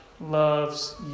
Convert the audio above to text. loves